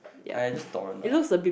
I have just stone lah